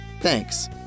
Thanks